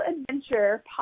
adventure